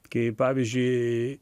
kai pavyzdžiui